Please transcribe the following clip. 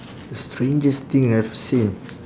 the strangest thing I've seen